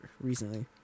recently